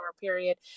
period